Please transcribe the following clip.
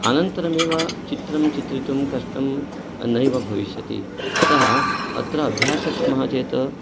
अनन्तरमेव चित्रं चित्रितुं कष्टं नैव भविष्यति अतः अत्र अभ्यासक्रमः चेत्